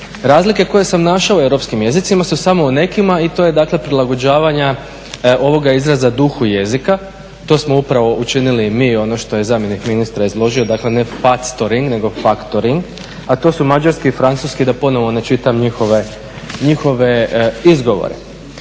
Razlike koje sam našao u europskim jezicima su samo u nekima i to je dakle prilagođavanja ovoga izraza duhu jezika to smo upravo činili i mi ono što je zamjenik ministra izložio dakle ne factoring nego faktoring a to su mađarski i fracunski, da ponovno ne čitam njihove izgovore.